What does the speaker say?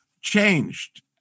changed